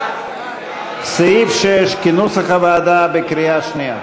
סעיף 6 כנוסח הוועדה בקריאה שנייה.